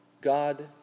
God